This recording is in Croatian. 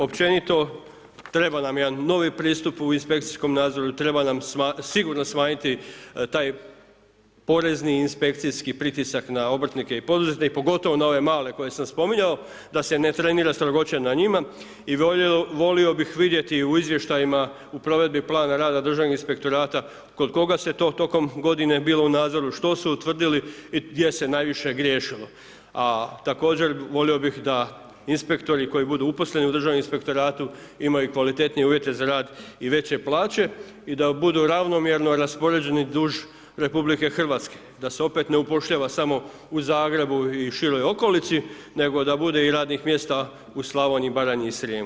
Općenito trebala nam jedan novi pristup u inspekcijskom nadzoru i treba nam sigurno smanjiti taj porezni inspekcijski pritisak na obrtnike i poduzetnike pogotovo na ove male koje sam spominjao da se ne trenira strogoća na njima i volio bih vidjeti u izvještajima u provedbi plana rada Državnog inspektorata kod koga s to tokom godine bilo u nadzoru, što su utvrdili i gdje se najviše griješilo a također volio bih da inspektori koji budu uposleni u Državnom inspektoratu, imaju kvalitetnije uvjete za rad i veće plaće i da budu ravnomjerno raspoređeni duž RH, da se opet ne upošljava samo u Zagrebu i široj okolici nego da bude i radnih mjesta u Slavoniji, Baranji i Srijemu.